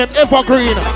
evergreen